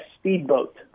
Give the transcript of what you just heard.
speedboat